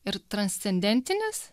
ir transcendentinis